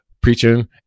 preaching